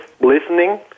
listening